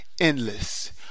Endless